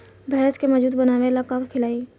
भैंस के मजबूत बनावे ला का खिलाई?